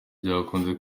byakunze